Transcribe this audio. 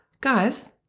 guys